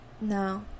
No